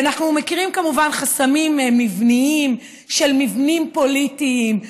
אנחנו מכירים כמובן חסמים מבניים של מבנים פוליטיים.